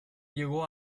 llegó